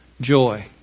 joy